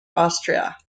austria